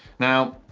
now,